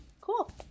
Cool